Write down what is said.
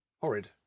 Horrid